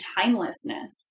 timelessness